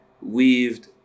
weaved